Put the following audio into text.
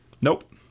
Nope